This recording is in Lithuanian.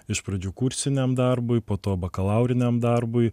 iš pradžių kursiniam darbui po to bakalauriniam darbui